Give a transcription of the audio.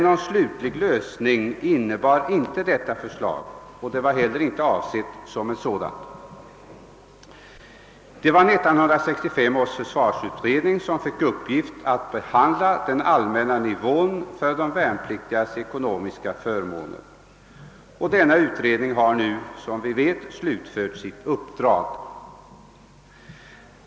Någon slutlig lösning innebar inte detta beslut och var inte heller avsett att vara någon sådan. Det var 1965 års försvarsutredning som fick i uppdrag att behandla frågan om den allmänna nivån för de värnpliktigas ekonomiska förmåner. Denna utredning har, som vi vet, nu slutfört sitt uppdrag.